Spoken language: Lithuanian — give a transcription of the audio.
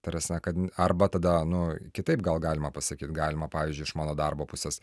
ta prasme kad arba tada nu kitaip gal galima pasakyt galima pavyzdžiui iš mano darbo pusės